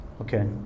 okay